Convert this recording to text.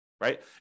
right